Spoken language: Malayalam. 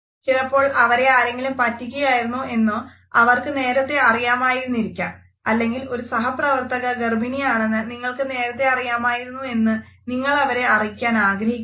ചിലപ്പോൾ അവരെ ആരെങ്കിലും പറ്റിക്കുകയായിരുന്നു എന്ന് അവർക്ക് നേരത്തെ അറിയാമായിരുന്നിരിക്കാം അല്ലെങ്കിൽ ഒരു സഹപ്രവർത്തക ഗർഭിണി ആണെന്ന് നിങ്ങൾക്ക് നേരത്തെ അറിയാമായിരുന്നു എന്ന് നിങ്ങൾ അവരെ അറിയിക്കാൻ ആഗ്രഹിക്കുന്നില്ല